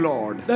Lord